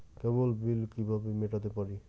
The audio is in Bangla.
কেবল বিল কিভাবে মেটাতে পারি?